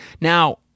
Now